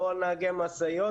לא על נהגי משאיות,